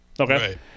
Okay